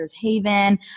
haven